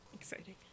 exciting